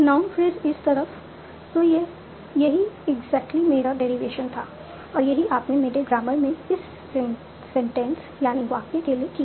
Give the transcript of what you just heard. noun phrase इस तरफ तो यही एगजैक्टली मेरा डेरिवेशन था और यही आपने मेरे ग्रामर में इस सेंटेंसवाक्य के लिए किया